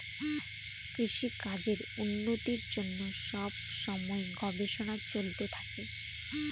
কৃষিকাজের উন্নতির জন্য সব সময় গবেষণা চলতে থাকে